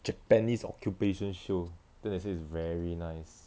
japanese occupation show then they say is very nice